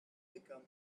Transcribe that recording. become